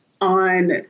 on